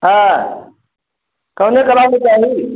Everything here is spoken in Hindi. हाँ कौन कलास के चाही